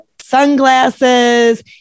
sunglasses